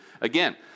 Again